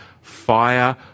Fire